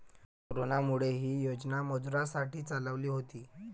कोरोनामुळे, ही योजना मजुरांसाठी चालवली होती